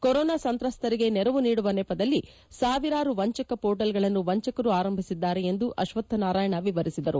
corona ಸಂತ್ರಸ್ತರಿಗೆ ನೆರವು ನೀಡುವ ನೆಪದಲ್ಲಿ ಸಾವಿರಾರು ವಂಚಕ ಪೋರ್ಟಲ್ಗಳನ್ನು ವಂಚಕರು ಆರಂಭಿಸಿದ್ದಾರೆ ಎಂದು ಅಕ್ಷತ್ಥ ನಾರಾಯಣ ವಿವರಿಸಿದರು